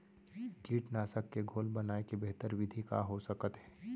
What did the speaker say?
कीटनाशक के घोल बनाए के बेहतर विधि का हो सकत हे?